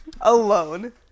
Alone